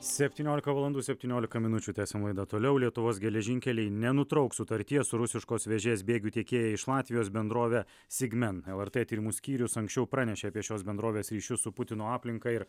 septyniolika valandų septyniolika minučių tęsiam laidą toliau lietuvos geležinkeliai nenutrauks sutarties su rusiškos vėžės bėgių tiekėja iš latvijos bendrove sigmen lrt tyrimų skyrius anksčiau pranešė apie šios bendrovės ryšius su putino aplinka ir